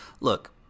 look